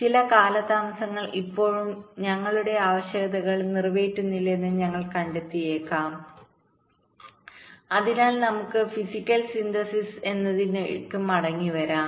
ചില കാലതാമസങ്ങൾ ഇപ്പോഴും ഞങ്ങളുടെ ആവശ്യകതകൾ നിറവേറ്റുന്നില്ലെന്ന് ഞങ്ങൾ കണ്ടെത്തിയേക്കാം അതിനാൽ നമുക്ക് ഫിസിക്കൽ സിന്തസിസ് എന്നതിലേക്ക് മടങ്ങേണ്ടിവരാം